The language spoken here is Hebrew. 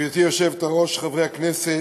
גברתי היושבת-ראש, חברי הכנסת,